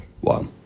Wow